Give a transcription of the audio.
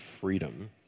freedom